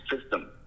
system